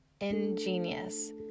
ingenious